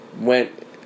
went